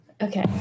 Okay